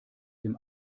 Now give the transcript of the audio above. dem